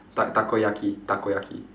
tak~ takoyaki takoyaki